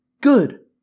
good